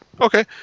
Okay